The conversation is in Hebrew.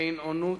אין-אונות,